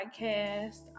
podcast